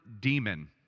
demon